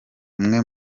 umwe